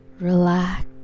Relax